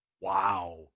Wow